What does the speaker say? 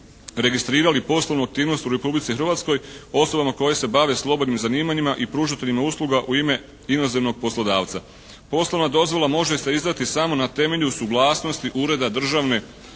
registrirali poslovnu aktivnost u Republici Hrvatskoj, osobama koje se bave slobodnim zanimanjima i pružateljima usluga u ime inozemnog poslodavca. Poslovna dozvola može se izdati samo na temelju suglasnosti Ureda državne